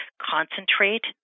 concentrate